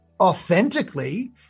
authentically